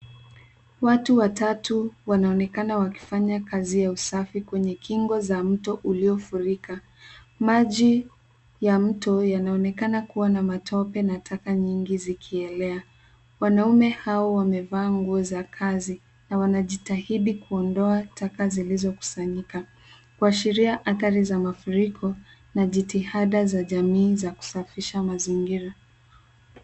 Watu watatu wanaonekana wakifanya kizi ya usafi kwenye kingo za mto uliofurika maji ya mto yanaonekana kuwa na matope na taka nyingi zikienea, wanaume hawa wamevaa nguo za kazi na wanajitaidi kuondoa taka zilizokuzanyika kuaiashiria hatari za mafuriko na jitihada za jamii za kusafisha mazingira.